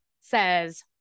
says